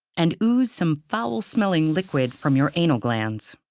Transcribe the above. and ooze some foul-smelling liquid from your anal glands.